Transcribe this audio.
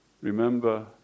Remember